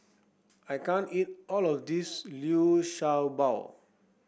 I can't eat all of this Liu Sha Bao